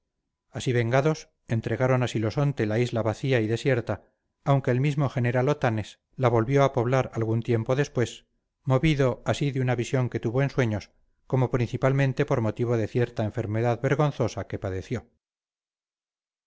así vengados entregaron a silosonte la isla vacía y desierta aunque el mismo general otanes la volvió a poblar algún tiempo después movido así de una visión que tuvo en sueños como principalmente por motivo de cierta enfermedad vergonzosa que padeció